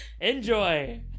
Enjoy